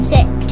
Six